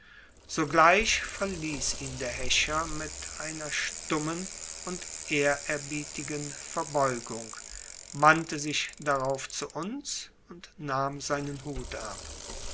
sogleich verließ ihn der häscher mit einer stummen und ehrerbietigen verbeugung wandte sich darauf zu uns und nahm seinen hut ab